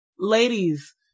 Ladies